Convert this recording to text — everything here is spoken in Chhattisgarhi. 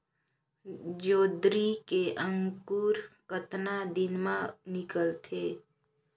जोंदरी के अंकुर कतना दिन मां निकलथे?